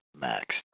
Max